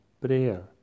prayer